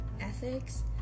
ethics